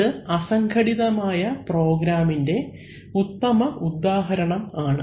ഇത് അസംഘടിതമായ പ്രോഗ്രാമിന്റെ ഉത്തമ ഉദാഹരണം ആണ്